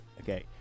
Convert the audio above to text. okay